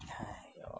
!aiyo!